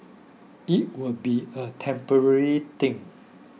it will be a temporary thing